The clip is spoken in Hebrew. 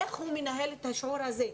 איך הוא מנהל את השיעור הזה.